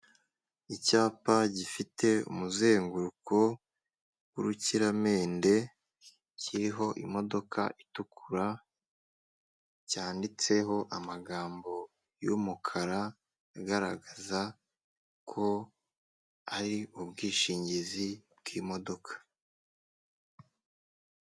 Icyapa gifite umuzenguruko w'urukiramende kiriho imodoka itukura cyanditseho amagambo y'umukara agaragaza ko ari ubwishingizi bw'imodoka.